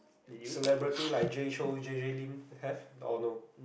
celebrity like Jay-Chou J_J-Lin you have or no